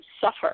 suffer